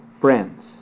friends